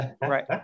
Right